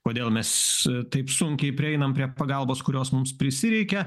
kodėl mes taip sunkiai prieinam prie pagalbos kurios mums prisireikia